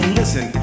listen